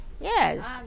Yes